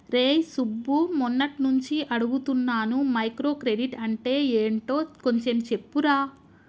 రేయ్ సుబ్బు, మొన్నట్నుంచి అడుగుతున్నాను మైక్రో క్రెడిట్ అంటే యెంటో కొంచెం చెప్పురా